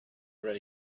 write